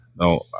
No